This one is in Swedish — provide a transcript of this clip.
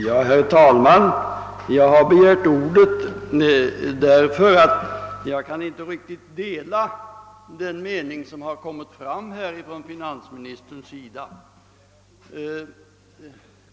Herr talman! Jag har begärt ordet därför att jag inte riktigt kan dela den mening som framförts av finansministern.